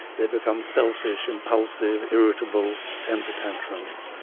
they become selfish, impulsive, irritable, temper tantrums,